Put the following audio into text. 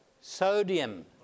Sodium